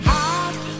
Heart